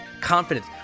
confidence